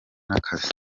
n’akazi